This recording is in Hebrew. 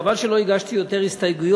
חבל שלא הגשתי יותר הסתייגויות,